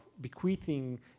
bequeathing